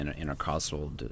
intercostal